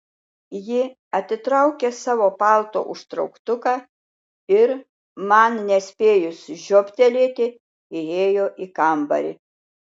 ji atitraukė savo palto užtrauktuką ir man nespėjus žiobtelėti įėjo į kambarį